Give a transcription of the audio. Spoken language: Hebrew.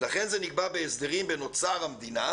לכן זה נקבע בהסדרים בין אוצר המדינה,